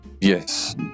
Yes